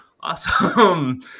awesome